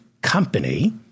company